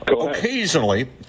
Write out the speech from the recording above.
Occasionally